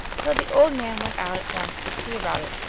so the old man went out at once to see about it.